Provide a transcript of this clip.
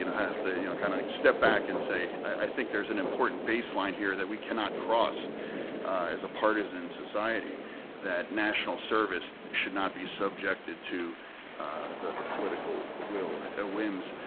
and have to you know kind of step back and say, i think there's an important baseline here that we cannot cross as a partisan society that national service should not be subjected to the political will, ah whims,